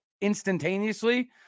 instantaneously